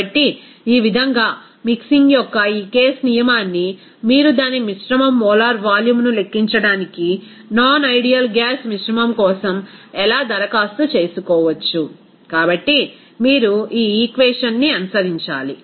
కాబట్టి ఈ విధంగా మిక్సింగ్ యొక్క ఈ కేస్ నియమాన్ని మీరు దాని మిశ్రమం మోలార్ వాల్యూమ్ను లెక్కించడానికి నాన్ ఐడియల్ గ్యాస్ మిశ్రమం కోసం ఎలా దరఖాస్తు చేసుకోవచ్చు కాబట్టి మీరు ఈ ఈక్వేషన్ ని అనుసరించాలి